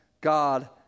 God